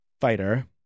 fighter